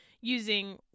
using